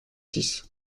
six